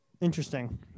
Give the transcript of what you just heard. Interesting